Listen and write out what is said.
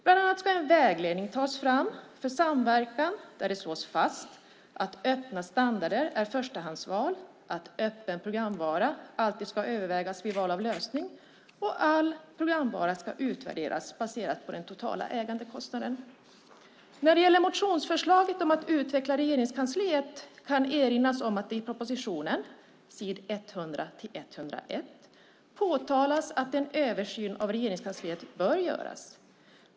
Bland annat ska en vägledning tas fram för samverkan där det slås fast att öppna standarder är förstahandsval, att öppen programvara alltid ska övervägas vid val av lösning och att all programvara ska utvärderas baserat på den totala ägandekostnaden. När det gäller motionsförslaget om att utveckla Regeringskansliet kan det erinras om att i propositionen på s. 100-101 påtalas att en översyn av Regeringskansliet bör göras.